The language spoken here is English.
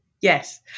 yes